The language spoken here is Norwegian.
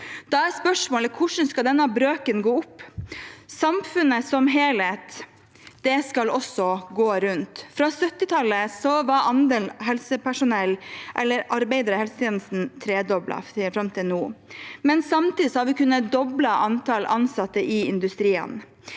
Da er spørsmålet: Hvordan skal denne brøken gå opp? Samfunnet som helhet skal også gå rundt. Fra 1970-tallet og fram til nå er andelen helsepersonell, eller arbeidere i helsetjenesten, tredoblet. Samtidig har vi kunnet doble antall ansatte i industrien.